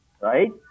right